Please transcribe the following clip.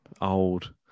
Old